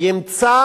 ימצא